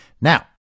Now